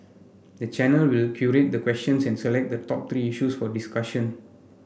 the channel will curate the questions and select the top three issues for discussion